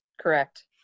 correct